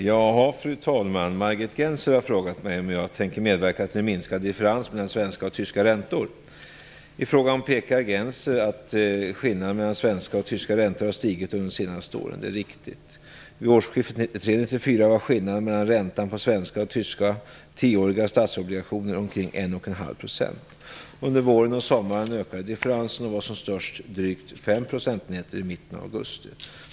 Fru talman! Margit Gennser har frågat mig om hur jag tänker medverka till en minskad differens mellan svenska och tyska räntor. I frågan påpekar Margit Gennser att skillnaden mellan svenska och tyska räntor har stigit under de senaste åren. Detta är riktigt. Vid årsskiftet 1993/94 Under våren och sommaren ökade differensen och var som störst drygt 5 procentenheter i mitten av augusti.